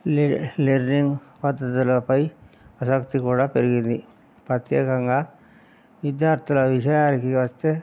learning పద్ధతులపై ఆసక్తి కూడా పెరిగింది ప్రత్యేకంగా విద్యార్థుల విషయాలకి వస్తే